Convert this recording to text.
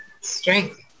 Strength